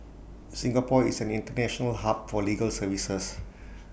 Singapore is an International hub for legal services